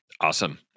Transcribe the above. Awesome